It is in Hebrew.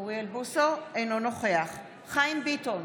אינו נוכח חיים ביטון,